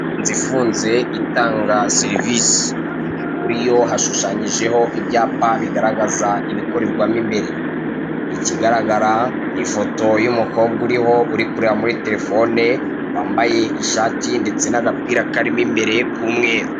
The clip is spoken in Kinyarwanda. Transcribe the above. Inzu ifunze itanga serivise, kuriyo hashushanyijeho ibyapa bigaragaza ibikorerwamo imbere. Ikigaragara n'ifoto y'umukobwa uriho uri kureba muri telefone wambaye ishati ndetse n'agapira karimo imbere k'umweru.